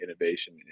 innovation